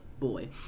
Boy